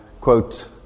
quote